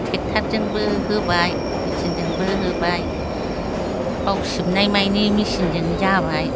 ट्रेक्टरजोंबो होबाय मेचिनजोंबो होबाय बावसिबनायमायनि मेचिनजोंनो जाबाय